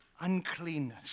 Uncleanness